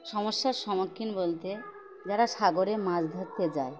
সমস্যার সম্মুখীন বলতে যারা সাগরে মাছ ধরতে যায়